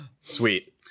Sweet